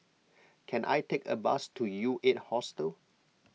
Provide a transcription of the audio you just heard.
can I take a bus to U eight Hostel